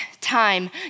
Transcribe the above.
time